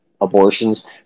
abortions